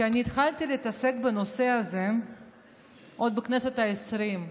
כי אני התחלתי להתעסק בנושא הזה עוד בכנסת העשרים.